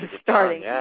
starting